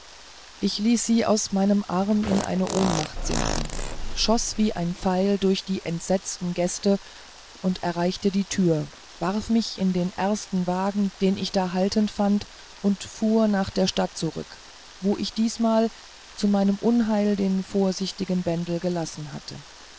ich ließ sie aus meinem arm in eine ohnmacht sinken schoß wie ein pfeil durch die entsetzten gäste erreichte die tür warf mich in den ersten wagen den ich da haltend fand und fuhr nach der stadt zurück wo ich diesmal zu meinem unheil den vorsichtigen bendel gelassen hatte